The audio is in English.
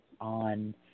on